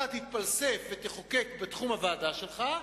אתה תתפלסף ותחוקק בתחום הוועדה שלך,